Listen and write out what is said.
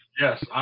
Yes